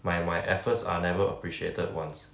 my my efforts are never appreciated once